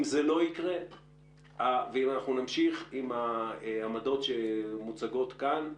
אם זה לא יקרה ואם אנחנו נמשיך עם העמדות שמוצגות כאן,